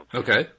okay